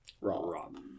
Rob